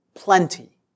Plenty